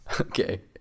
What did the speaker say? okay